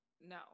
no